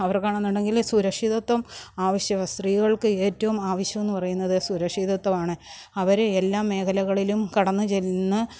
അവർക്കാണ് എന്നുണ്ടെങ്കിൽ സുരക്ഷിതത്വം ആവശ്യമാണ് സ്ത്രീകൾക്ക് ഏറ്റവും അവശ്യം എന്ന് പറയുന്നത് സുരക്ഷിതത്വം ആണ് അവരെ എല്ലാ മേഖലകളിലും കടന്ന് ചെന്ന്